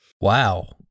Wow